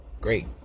great